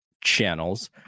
channels